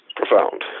profound